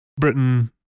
Britain